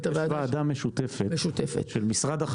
בוועדה המשותפת למשרד האוצר,